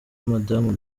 madamu